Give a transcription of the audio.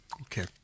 Okay